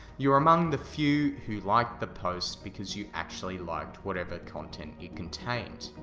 you are among the few who liked the post because you actually liked whatever content it contained.